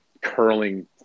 curling